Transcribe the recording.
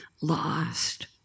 lost